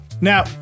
Now